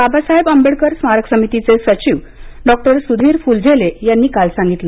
बाबासाहेब आंबेडकर स्मारक समितीचे सचिव डॉ स्धीर फुलझेले यांनी काल सांगितलं